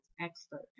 expert